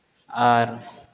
ᱟᱨ